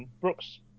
Brooks